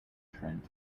trent